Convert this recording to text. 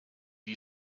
you